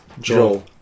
Joel